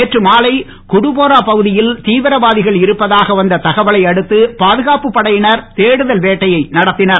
நேற்று மாலை குடுபோரா பகுதியில் தீவிரவாதிகள் இருப்பதாக வந்த தகவலை அடுத்து பாதுகாப்பு படையினர் தேடுதல் வேட்டையை நடத்தினர்